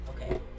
Okay